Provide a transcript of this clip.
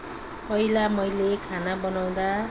पहिला मैले खाना बनाउँदा